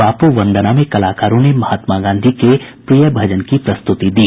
बापू वंदना में कलाकारों में महात्मा गांधी के प्रिय भजन की प्रस्तुति दी